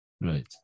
right